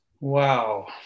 Wow